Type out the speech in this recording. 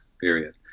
period